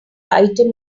item